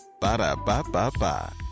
Ba-da-ba-ba-ba